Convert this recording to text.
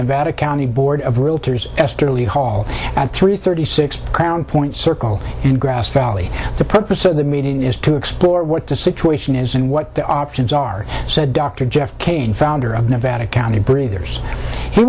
nevada county board of realtors esther lee hall at three thirty six crown point circle and grass valley the purpose of the meeting is to explore what to situation is and what the options are said dr jeff kane founder of nevada county breathers he